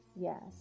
Yes